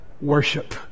worship